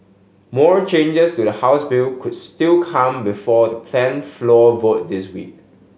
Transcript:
more changes to the House bill could still come before the planned floor vote this week